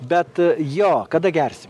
bet jo kada gersim